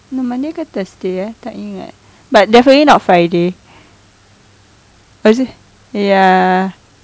no monday ke thursday tak ingat but definitely not friday ya